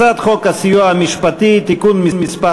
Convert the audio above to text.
הצעת חוק הסיוע המשפטי (תיקון מס'